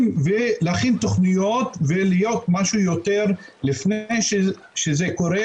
ולהכין תוכניות ולהיות משהו יותר לפני שזה קורה,